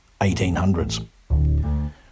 1800s